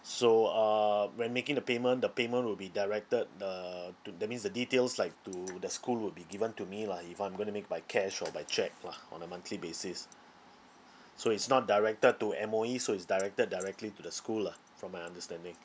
so um when making the payment the payment will be directed the to that means the details like to the school would be given to me lah if I'm going to make by cash or by cheque lah on a monthly basis so it's not directed to M_O_E so it's directed directly to the school lah from my understanding